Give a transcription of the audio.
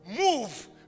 Move